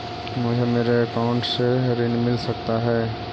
मुझे मेरे अकाउंट से ऋण मिल सकता है?